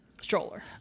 stroller